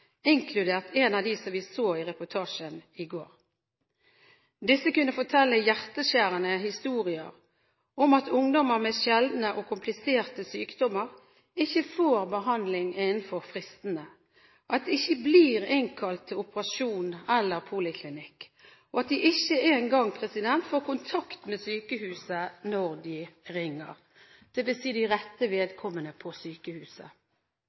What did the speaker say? inkludert en av dem vi så i reportasjen i går. Disse kunne fortelle hjerteskjærende historier om at ungdommer med sjeldne og kompliserte sykdommer ikke får behandling innen fristene, at de ikke blir innkalt til operasjon eller poliklinikk, og at de ikke engang får kontakt med sykehuset når de ringer – det vil si med rette vedkommende på sykehuset.